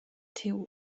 der